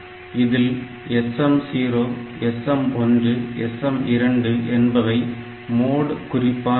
இதில் SM0 SM1 SM2 என்பவை mode குறிப்பான் ஆகும்